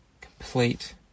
complete